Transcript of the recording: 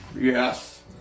Yes